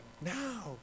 now